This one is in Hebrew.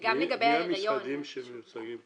מי המשרדים שנמצאים פה?